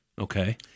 Okay